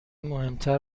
مهمتر